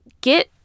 get